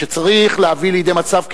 שצריך להביא לידי מצב,